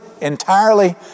entirely